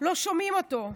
לא שומעים אותו.